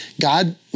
God